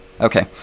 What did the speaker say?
Okay